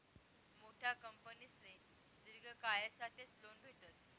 मोठा कंपनीसले दिर्घ कायसाठेच लोन भेटस